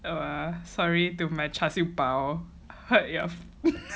err sorry to my char siew bao hurt your